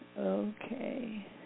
Okay